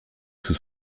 sous